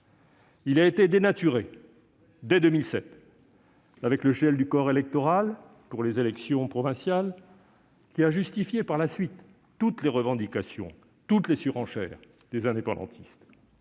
Il a été dénaturé dès 2007, avec le gel du corps électoral pour les élections provinciales, qui a justifié par la suite toutes les revendications et toutes les surenchères des indépendantistes.